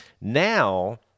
now